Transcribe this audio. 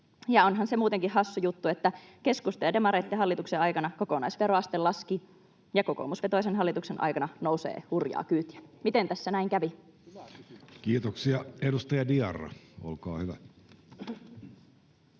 Onhan se muutenkin hassu juttu, että keskustan ja demareitten hallituksen aikana kokonaisveroaste laski ja kokoomusvetoisen hallituksen aikana nousee hurjaa kyytiä. Miten tässä näin kävi? [Speech 253] Speaker: